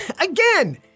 again